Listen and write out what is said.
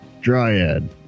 Dryad